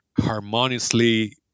harmoniously